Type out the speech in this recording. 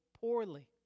poorly